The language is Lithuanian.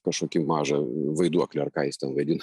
kažkokį mažą vaiduoklį ar ką jis ten vaidina